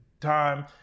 time